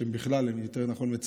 שהן בכלל, יותר נכון, מצערות,